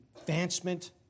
advancement